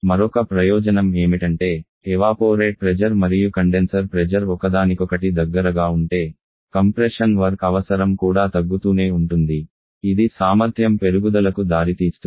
మరొక ప్రయోజనం ఏమిటంటే ఎవాపోరేట్ ప్రెజర్ మరియు కండెన్సర్ ప్రెజర్ ఒకదానికొకటి దగ్గరగా ఉంటే కంప్రెషన్ వర్క్ అవసరం కూడా తగ్గుతూనే ఉంటుంది ఇది సామర్థ్యం పెరుగుదలకు దారితీస్తుంది